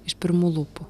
iš pirmų lūpų